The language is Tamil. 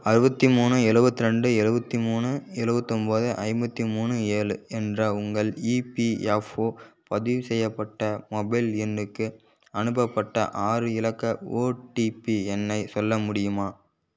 அறுபத்தி மூணு எழுவத்ரெண்டு எழுவத்தி மூணு எழுவத்தொம்போது ஐம்பத்தி மூணு ஏழு என்ற உங்கள் இபிஎஃப்ஓ பதிவு செய்யப்பட்ட மொபைல் எண்ணுக்கு அனுப்பப்பட்ட ஆறு இலக்க ஓடிபி எண்ணை சொல்ல முடியுமா